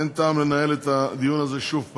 אין טעם לנהל את הדיון הזה שוב.